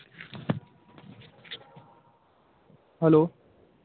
hello